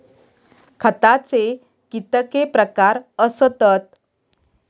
खताचे कितके प्रकार असतत?